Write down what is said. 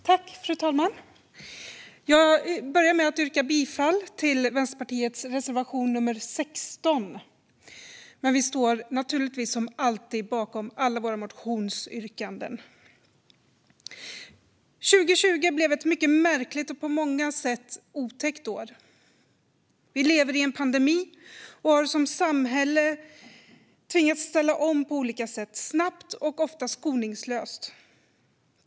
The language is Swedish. Fru talman! Jag börjar med att yrka bifall till Vänsterpartiets reservation 16. Vi står naturligtvis som alltid bakom alla våra motionsyrkanden. År 2020 blev ett mycket märkligt och på många sätt otäckt år. Vi lever i en pandemi och har som samhälle tvingats att ställa om på olika sätt, snabbt och ofta skoningslöst.